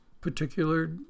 particular